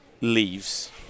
leaves